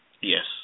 Yes